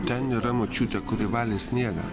ten yra močiutė kuri valė sniegą